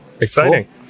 Exciting